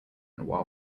while